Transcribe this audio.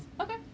Okay